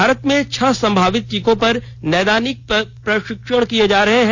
भारत में छह संभावित टीकों पर नैदानिक परीक्षण किए जा रहे हैं